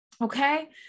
okay